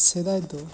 ᱥᱮᱫᱟᱭ ᱫᱚ